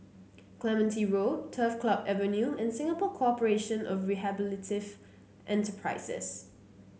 Clementi Road Turf Club Avenue and Singapore Corporation of Rehabilitative Enterprises